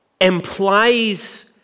implies